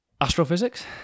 astrophysics